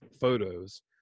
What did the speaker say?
photos